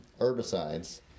herbicides